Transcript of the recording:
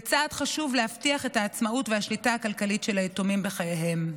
זה צעד חשוב להבטיח את העצמאות והשליטה הכלכלית של היתומים בחייהם.